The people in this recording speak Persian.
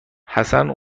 حسن